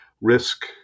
risk